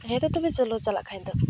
ᱦᱮᱸ ᱛᱚ ᱛᱚᱵᱮ ᱪᱚᱞᱚ ᱪᱟᱞᱟᱜ ᱠᱷᱟᱱ ᱫᱚ